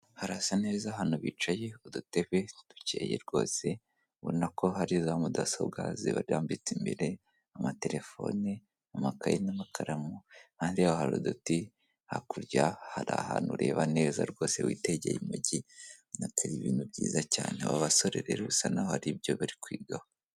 Harasa neza ahantu bicaye k’udutebe dukeye rwose ubona ko hari za mudasobwa zibarambitse imbere, amatelefone, n’amakaye, n'amakaramu. Iruhande rwaho har’uduti, hakurya har’ahantu ureba neza rwose witegeye umujyi ubona ko ar’ibintu byiza cyane. Aba basore rero basa n’aho har’ibyo bari kwigaho.